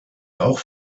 auch